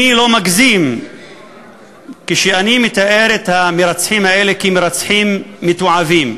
אני לא מגזים כשאני מתאר את המרצחים האלה כמרצחים מתועבים.